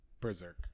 berserk